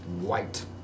White